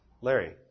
Larry